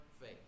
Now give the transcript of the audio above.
faith